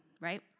right